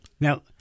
now